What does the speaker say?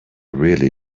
really